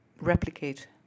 replicate